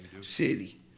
City